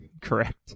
correct